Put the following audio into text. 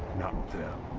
not them.